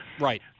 Right